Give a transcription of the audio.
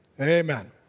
amen